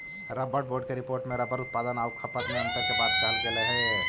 rubber board के report में rubber उत्पादन आउ खपत में अन्तर के बात कहल गेलइ हे